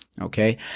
okay